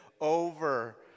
over